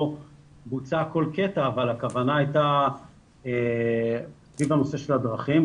בוצע כל קטע אבל הכוונה הייתה סביב הנושא של הדרכים.